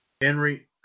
Henry